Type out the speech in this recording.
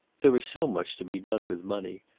there was so much to be done with money,